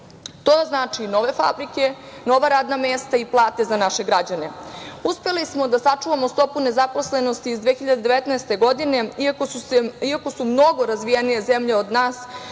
To znači nove fabrike, nova radna mesta i plate za naše građane. Uspeli smo da sačuvamo stopu nezaposlenosti iz 2019. godine iako su se mnogo razvijenije zemlje od nas